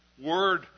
word